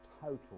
total